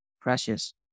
precious